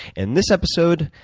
and, this episode,